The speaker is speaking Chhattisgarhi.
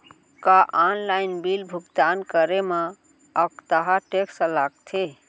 का ऑनलाइन बिल भुगतान करे मा अक्तहा टेक्स लगथे?